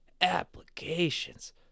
Applications